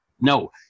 No